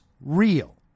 real